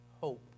hope